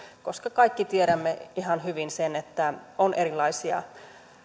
koska kaikki tiedämme ihan hyvin sen että on erilaisia